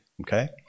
okay